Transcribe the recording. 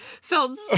felt